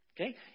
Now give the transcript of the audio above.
Okay